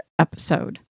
episode